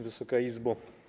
Wysoka Izbo!